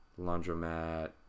laundromat